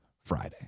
Friday